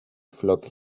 flock